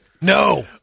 No